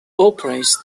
operates